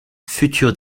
futur